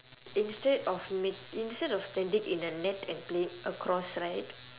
instead of make~ instead of standing in the net and play it across right